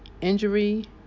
injury